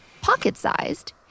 pocket-sized